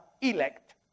elect